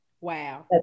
Wow